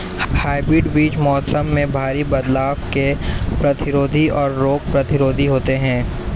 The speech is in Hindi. हाइब्रिड बीज मौसम में भारी बदलाव के प्रतिरोधी और रोग प्रतिरोधी होते हैं